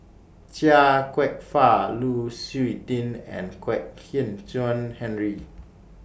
Chia Kwek Fah Lu Suitin and Kwek Hian Chuan Henry